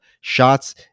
shots